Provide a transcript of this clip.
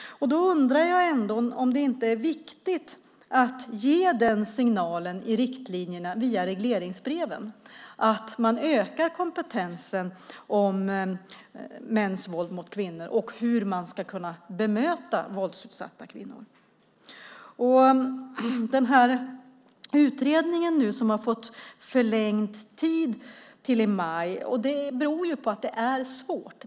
Jag undrar ändå om det inte är viktigt att ge den signalen i riktlinjerna via regleringsbreven att man ska öka kompetensen i fråga om mäns våld mot kvinnor och hur man ska kunna bemöta våldsutsatta kvinnor. Att utredningen nu har fått förlängd tid till maj beror på att det är svårt.